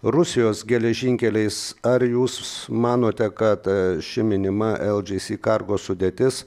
rusijos geležinkeliais ar jūs manote kad ši minima eldžisi kargo sudėtis